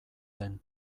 den